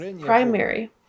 primary